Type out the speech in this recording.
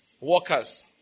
workers